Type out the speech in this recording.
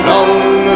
Long